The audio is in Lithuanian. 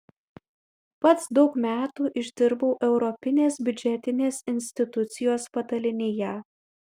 pats daug metų išdirbau europinės biudžetinės institucijos padalinyje